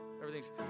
Everything's